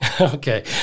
Okay